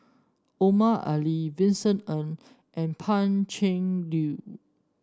Omar Ali Vincent Ng and Pan Cheng Lui